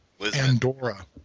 Andorra